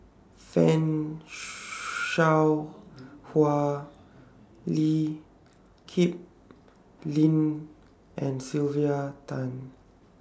fan Shao Hua Lee Kip Lin and Sylvia Tan